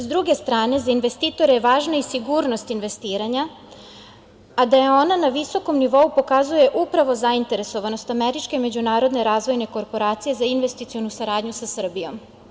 S druge strane, za investitore važna je i sigurnost investiranja, a da je ona na visokom nivou pokazuje upravo zainteresovanost Američke međunarodne razvojne korporacije za investicionu saradnju sa Srbijom.